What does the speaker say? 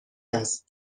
است